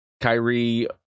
Kyrie